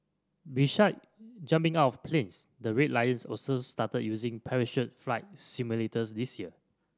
besides jumping out of planes the Red Lions also started using parachute flight simulators this year